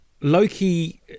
Loki